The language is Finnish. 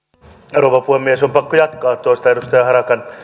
rouva puhemies on pakko jatkaa tuota edustaja harakan